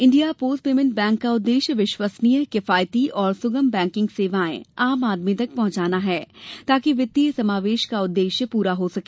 India post payment bank का उद्देश्य विश्वस्नीय किफायती और सुगम बैंकिग सेवाएं आम आदमी तक पहुंचाना है ताकि वित्तीय समावेश का उद्देश्य पूरा हो सके